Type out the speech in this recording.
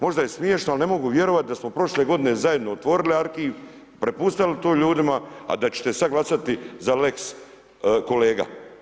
Možda je smiješno ali ne mogu vjerovati da smo prošle godine zajedno otvorili arhiv, prepustali tu ljudima, a da ćete sada glasati za lex kolega.